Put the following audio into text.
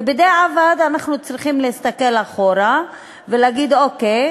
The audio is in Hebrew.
ובדיעבד אנחנו צריכים להסתכל אחורה ולהגיד: אוקיי,